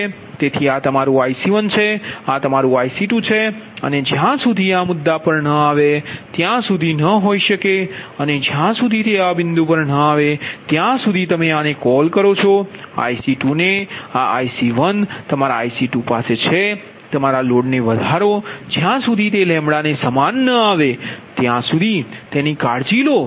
તેથી આ તમારું IC1છે આ તમારો IC2છે અને જ્યાં સુધી તે આ મુદ્દા પર ન આવે ત્યાં સુધી ન હોય શકે અને જ્યાં સુધી તે આ બિંદુ પર ન આવે ત્યાં સુધી તમે આને કોલ કરો IC2 ને આ IC1તમારા IC2પાસે છે તમારા લોડનો વધારો જ્યાં સુધી તેને સમાન ન આવે ત્યાં સુધી તેની કાળજી લો